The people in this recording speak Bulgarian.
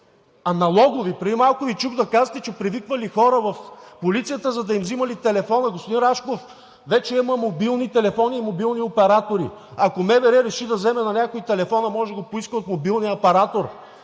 Аналогови! Преди малко Ви чух да казвате, че привиквали хора в полицията, за да им взимали телефона. Господин Рашков, вече има мобилни телефони и мобилни оператори. Ако МВР реши да вземе на някого телефона, може да го поиска от мобилния оператор.